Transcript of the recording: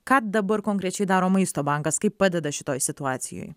ką dabar konkrečiai daro maisto bankas kaip padeda šitoj situacijoj